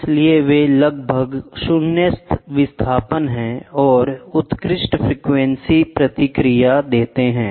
इसलिए वे लगभग 0 विस्थापन हैं और उत्कृष्ट फ्रीक्वेंसी प्रतिक्रिया देते है